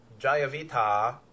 Jayavita